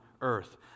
earth